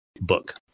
book